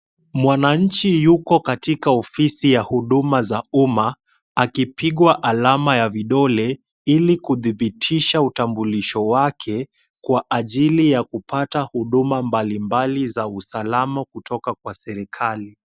Mwanchi yuko katika ofisi ya huduma za huma akipigwa alama ya vidole. ili kudhipitisha utambulisho wake kwa ajili yakupata huduma mbalimbali za usalama kutoka kwa serikali.